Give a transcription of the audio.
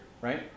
right